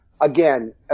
again